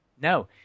No